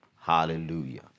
Hallelujah